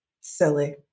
Silly